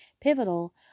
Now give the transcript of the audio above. pivotal